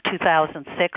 2006